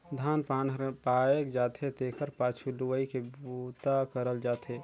धान पान हर पायक जाथे तेखर पाछू लुवई के बूता करल जाथे